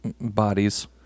bodies